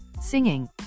singing